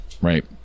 right